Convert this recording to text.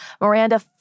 Miranda